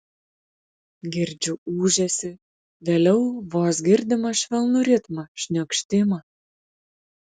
girdžiu ūžesį vėliau vos girdimą švelnų ritmą šniokštimą